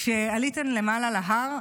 כשעליתן למעלה להר,